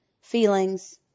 feelings